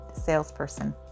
salesperson